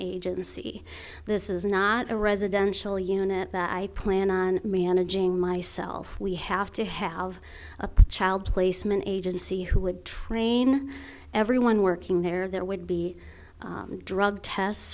agency this is not a residential unit that i plan on managing myself we have to have a child placement agency who would train everyone working there that would be drug tests